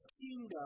kingdom